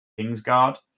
Kingsguard